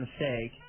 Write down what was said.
mistake